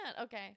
Okay